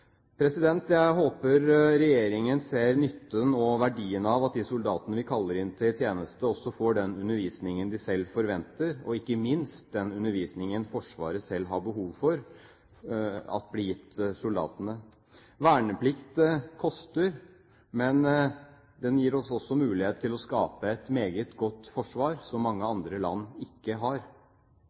Jeg håper regjeringen ser nytten og verdien av at de soldatene vi kaller inn til tjeneste, også får den undervisningen de selv forventer, og ikke minst at den undervisningen Forsvaret selv har behov for, blir gitt soldatene. Verneplikt koster, men den gir oss også mulighet til å skape et meget godt forsvar som mange andre land ikke har.